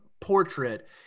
portrait